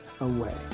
away